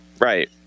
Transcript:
Right